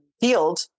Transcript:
field